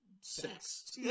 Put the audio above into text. sex